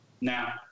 Now